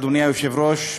אדוני היושב-ראש,